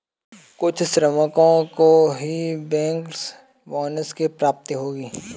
कुछ श्रमिकों को ही बैंकर्स बोनस की प्राप्ति होगी